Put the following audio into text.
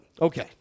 Okay